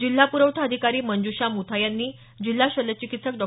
जिल्हा पुरवठा अधिकारी मंजुषा मुथा यांनी जिल्हा शल्यचिकीत्सक डॉ